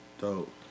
Dope